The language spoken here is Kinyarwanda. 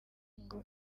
ngo